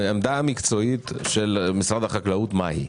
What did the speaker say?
העמדה המקצועית של משרד החקלאות, מה היא?